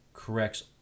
corrects